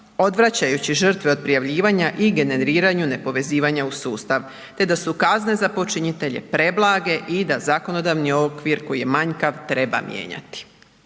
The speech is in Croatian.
Odvraćajući žrtve od prijavljivanja i generiranju nepovezivanja u sustav te da su kazne za počinitelje preblage i da zakonodavni okvir koji je manjkav treba mijenjati.